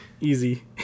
easy